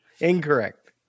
Incorrect